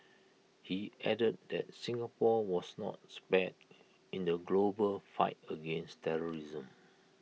he added that Singapore was not spared in the global fight against terrorism